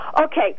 okay